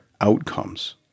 outcomes